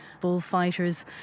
bullfighters